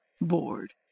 bored